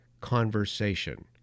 conversation